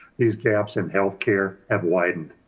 these gaps in healthcare have widened.